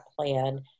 plan